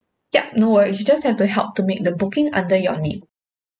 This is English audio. yup no worries you just have to help to make the booking under your name